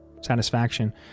satisfaction